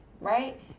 right